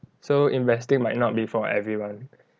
so investing might not be for everyone